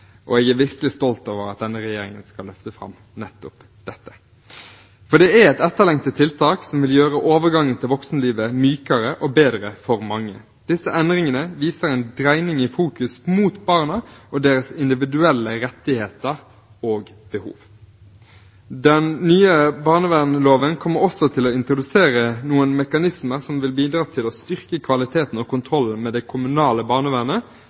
og jeg er virkelig stolt av at denne regjeringen skal løfte fram nettopp dette. Det er et etterlengtet tiltak som vil gjøre overgangen til voksenlivet mykere og bedre for mange. Disse endringene viser en dreining av fokuset mot barna og deres individuelle rettigheter og behov. Den nye barnevernsloven kommer også til å introdusere noen mekanismer som vil bidra til å styrke kvaliteten og kontrollen med det kommunale barnevernet,